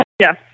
Yes